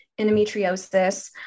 endometriosis